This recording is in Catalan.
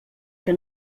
que